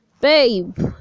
babe